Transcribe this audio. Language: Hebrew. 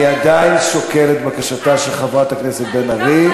אני עדיין שוקל את בקשתה של חברת הכנסת בן ארי.